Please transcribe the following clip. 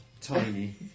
Tiny